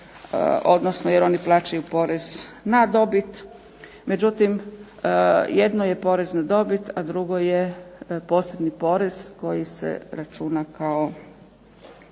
odnosno jer oni plaćaju porez na dobit. Međutim, jedno je porez na dobit, a drugo je posebni porez koji se računa kao